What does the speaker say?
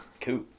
Cool